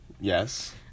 Yes